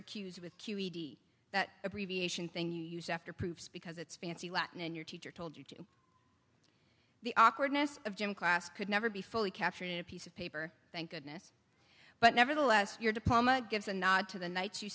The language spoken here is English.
q's with q e d that abbreviation thing you used after proofs because it's fancy latin and your teacher told you the awkwardness of gym class could never be fully captured in a piece of paper thank goodness but nevertheless your diploma gives a nod to the nights you